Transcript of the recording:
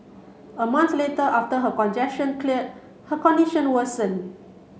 a month later after her congestion cleared her condition worsened